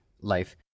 life